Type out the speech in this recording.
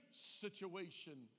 situation